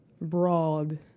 broad